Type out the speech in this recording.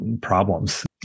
problems